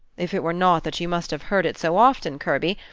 if it were not that you must have heard it so often, kirby,